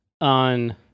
on